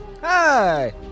Hi